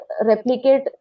replicate